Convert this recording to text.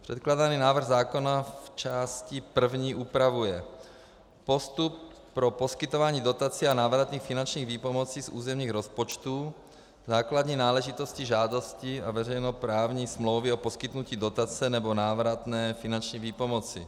Předkládaná návrh zákona v části první upravuje postup pro poskytování dotací a návratných finančních výpomocí z územních rozpočtů, základní náležitostí žádostí a veřejnoprávní smlouvy o poskytnutí dotace nebo návratné finanční výpomoci.